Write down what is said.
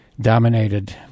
dominated